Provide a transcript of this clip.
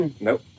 Nope